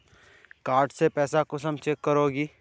Card से पैसा कुंसम चेक करोगी?